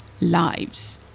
lives